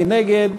מי נגד?